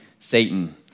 Satan